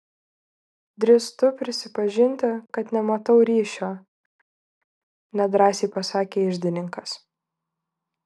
drįstu prisipažinti kad nematau ryšio nedrąsiai pasakė iždininkas